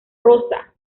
rosa